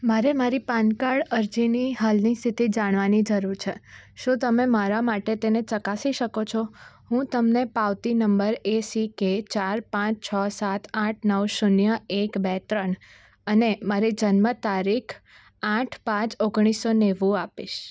મારે મારી પાનકાર્ડ અરજીની હાલની સ્થિતિ જાણવાની જરૂર છે શું તમે મારા માટે તેને ચકાસી શકો છો હું તમને પાવતી નંબર એસીકે ચાર પાંચ છ સાત આઠ નવ શૂન્ય એક બે ત્રણ અને મારી જન્મ તારીખ આઠ પાંચ ઓગણીસો નેવું આપીશ